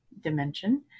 dimension